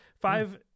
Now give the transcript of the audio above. five